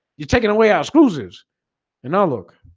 he's taking away our screws is and now look